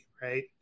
Right